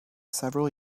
several